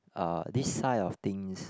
uh this side of things